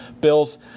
Bills